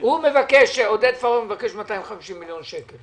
עודד פורר מבקש 250 מיליון שקל.